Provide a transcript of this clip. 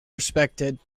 respected